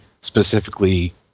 specifically